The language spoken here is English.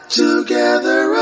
together